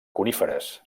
coníferes